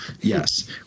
yes